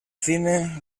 cine